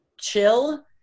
chill